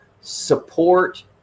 support